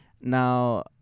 Now